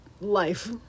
life